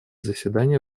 заседания